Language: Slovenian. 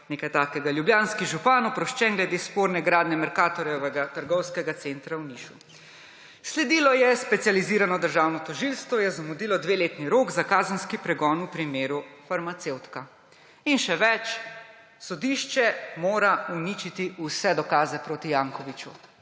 nekaj takega: Ljubljanski župan oproščen glede sporne gradnje Mercatorjevega trgovskega centra v Nišu. Sledilo je: Specializirano državno tožilstvo je zamudilo dveletni rok za kazenski pregon v primeru Farmacevtka. In še več: Sodišče mora uničiti vse dokaze proti Jankoviću.